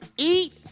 Eat